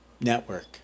network